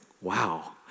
wow